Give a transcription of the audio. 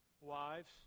wives